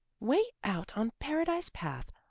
way out on paradise path,